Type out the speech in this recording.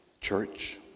church